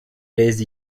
les